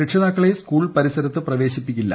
രക്ഷിതാക്കളെ സ്കൂൾ പരിസരത്ത് പ്രവേശിപ്പിക്കില്ല